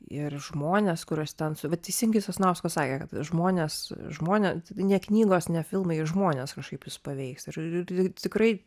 ir žmonės kuriuos ten su va teisingai sasnauskas sakė kad žmonės žmonės ne knygos ne filmai žmonės kažkaip jus paveiks ir tikrai